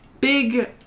big